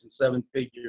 seven-figure